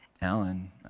Alan